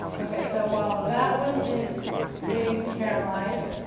ok, so while that one is waiting to caramelize,